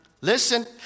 Listen